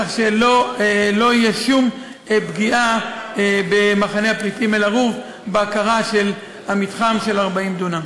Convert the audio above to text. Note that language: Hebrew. כך שלא תהיה שום פגיעה במחנה הפליטים אל-ערוב בהכרה במתחם של 40 דונם.